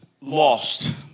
lost